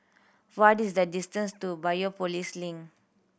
what is the distance to Biopolis Link